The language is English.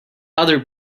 other